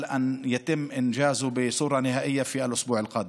אנו מקווים שהוא יאושר סופית בשבוע הבא.)